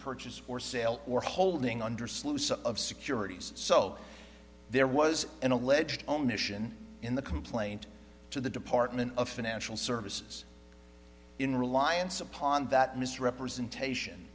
purchase for sale or holding under sluice of securities so there was an alleged omission in the complaint to the department of financial services in reliance upon that misrepresentation